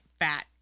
fat